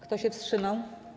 Kto się wstrzymał?